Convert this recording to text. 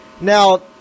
Now